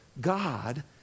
God